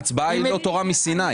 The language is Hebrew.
ההצבעה היא לא תורה מסיני.